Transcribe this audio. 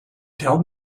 tell